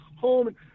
home